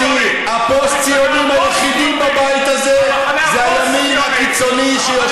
לכן הפוסט-ציונים היחידים שיושבים בבית הזה הם הימין הקיצוני,